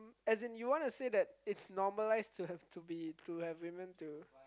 as in you want to say that it's normalise to have to be to have woman to